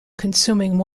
consuming